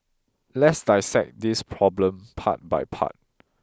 let's dissect this problem part by part